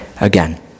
again